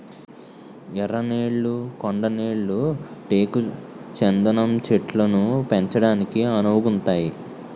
ఎర్ర నేళ్లు కొండ నేళ్లు టేకు చందనం చెట్లను పెంచడానికి అనువుగుంతాయి